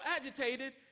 agitated